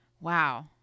Wow